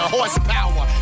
Horsepower